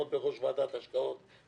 לעמוד בראש ועדת ההשקעות,